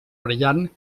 brillant